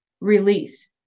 release